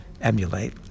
emulate